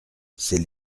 c’est